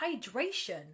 hydration